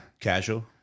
Casual